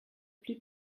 plus